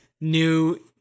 new